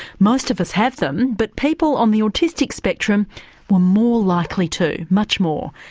most of us have them, but people on the autistic spectrum were more likely to, much more.